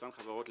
באותן חברות,